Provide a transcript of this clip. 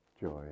joy